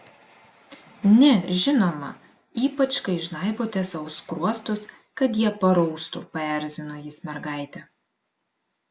ne žinoma ypač kai žnaibote sau skruostus kad jie paraustų paerzino jis mergaitę